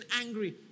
angry